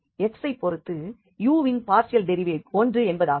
x ஐப் பொறுத்து u வின் பார்ஷியல் டெரிவேட்டிவ் 1 என்பதாகும்